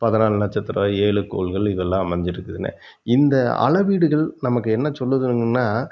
பதினாலு நட்சத்திரம் ஏழு கோள்கள் இதெல்லாம் அமைஞ்சுருக்குதுனு இந்த அளவீடுகள் நமக்கு என்ன சொல்லுதுங்கன்னால்